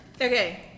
Okay